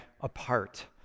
apart